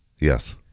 Yes